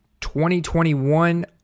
2021